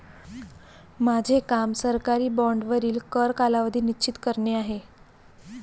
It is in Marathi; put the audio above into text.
माझे काम सरकारी बाँडवरील कर कालावधी निश्चित करणे आहे